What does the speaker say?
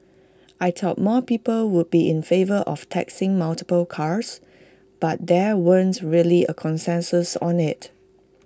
I thought more people would be in favour of taxing multiple cars but there weren't really A consensus on IT